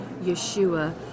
Yeshua